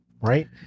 Right